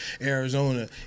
Arizona